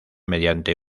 mediante